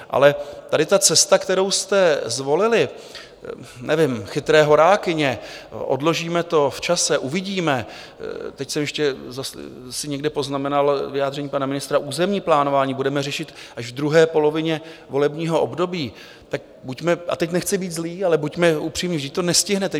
Ale tady ta cesta, kterou jste zvolili nevím, chytré horákyně: Odložíme to v čase, uvidíme teď jsem ještě si někde poznamenal vyjádření pana ministra: Územní plánování budeme řešit až v druhé polovině volebního období, tak a teď nechci být zlý, ale buďme upřímní: vždyť to nestihnete.